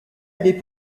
avait